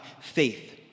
faith